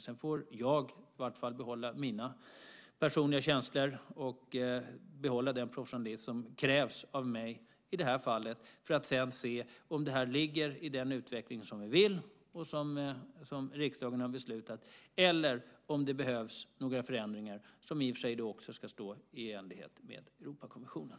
Sedan får jag i vart fall behålla mina personliga känslor och behålla den professionalism som krävs av mig i det här fallet för att sedan se om det här är den utveckling som vi vill ha och som riksdagen har beslutat eller om det behövs några förändringar som i och för sig också ska vara i överensstämmelse med Europakonventionen.